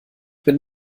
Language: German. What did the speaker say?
bin